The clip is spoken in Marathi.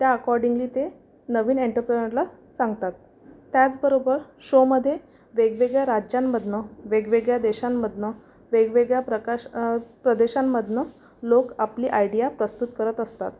त्या अकॉर्डिंगली ते नवीन एन्टरप्रनरला सांगतात त्याचबरोबर शोमध्ये वेगवेगळ्या राज्यांमधनं वेगवेगळ्या देशांमधनं वेगवेगळ्या प्रकाश प्रदेशांमधनं लोक आपली आयडिया प्रस्तुत करत असतात